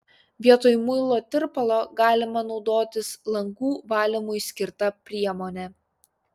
vietoj muilo tirpalo galima naudotis langų valymui skirta priemone